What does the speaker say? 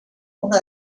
una